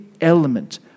element